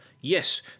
yes